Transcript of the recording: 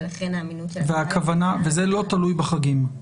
ולכן האמינות --- זה לא תלוי בחגים.